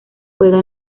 juega